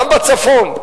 גם בצפון,